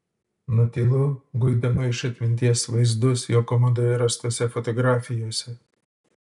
nutylu guidama iš atminties vaizdus jo komodoje rastose fotografijose